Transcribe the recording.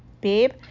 babe